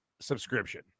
subscription